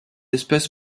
espèce